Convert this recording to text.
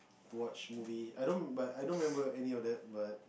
to watch movie I don't but I don't remember any of that but